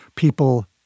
people